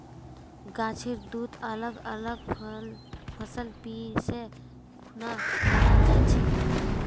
गाछेर दूध अलग अलग फसल पीसे खुना बनाल जाछेक